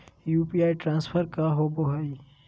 UPI transfer का होव हई?